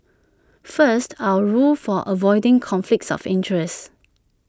first our rules for avoiding conflicts of interest